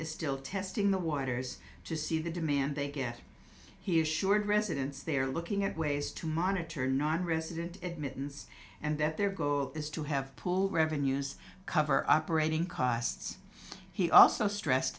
is still testing the waters to see the demand they get he assured residents they're looking at ways to monitor nonresident admittance and that their goal is to have pull revenues cover operating costs he also stressed